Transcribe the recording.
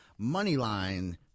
Moneyline